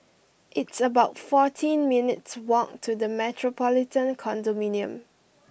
it's about fourteen minutes' walk to The Metropolitan Condominium